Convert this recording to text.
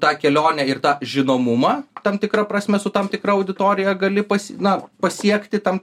tą kelionę ir tą žinomumą tam tikra prasme su tam tikra auditorija gali pas na pasiekti tam